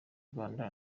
rwanda